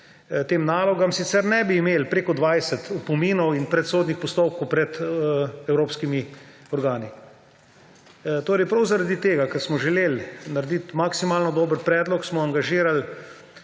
tem nalogam, sicer ne bi imeli preko 20 opominov in predsodnih postopkov pred evropskimi organi. Prav zaradi tega, ker smo želeli narediti maksimalno dober predlog, smo angažirali